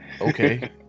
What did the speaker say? okay